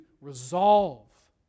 resolve